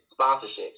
sponsorships